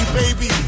baby